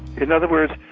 in other words,